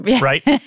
right